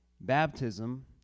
Baptism